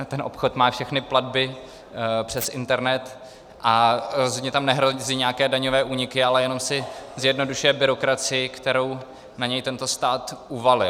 Ten obchod má všechny platby přes internet a rozhodně tam nehrozí nějaké daňové úniky, ale jenom si zjednodušuje byrokracii, kterou na něj tento stát uvalil.